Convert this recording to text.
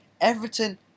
Everton